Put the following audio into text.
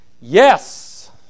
Yes